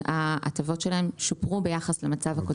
ההטבות שלהם שופרו ביחס למצב הקודם.